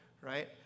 right